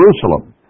Jerusalem